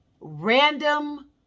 random